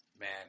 Man